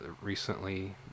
recently